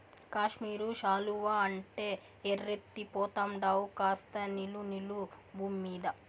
కాశ్మీరు శాలువా అంటే ఎర్రెత్తి పోతండావు కాస్త నిలు నిలు బూమ్మీద